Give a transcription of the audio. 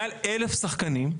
מעל 1,000 שחקנים.